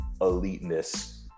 eliteness